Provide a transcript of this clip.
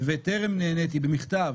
וטרם נעניתי, במכתב